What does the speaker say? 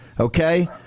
Okay